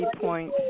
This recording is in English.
point